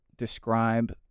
describe